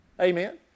Amen